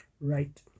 Right